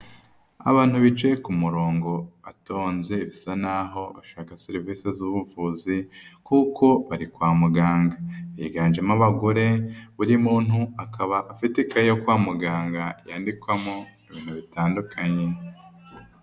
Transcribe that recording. Abantu bicaye ku murongo batonze basa naho bashaka serivisi z'ubuvuzi kuko bari kwa muganga. Higanjemo abagore, buri muntu akaba afite ikayi yo kwa muganga yandikwamo ibintu bitandukanye.